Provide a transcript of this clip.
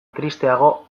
tristeago